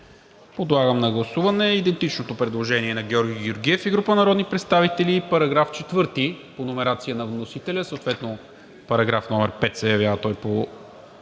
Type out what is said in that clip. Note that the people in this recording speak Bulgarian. Подлагам на гласуване идентичното предложение на Георги Георгиев и група народни представители § 4 по номерация на вносителя, съответно § 5 се явява по